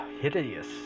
hideous